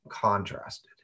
contrasted